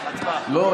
לא.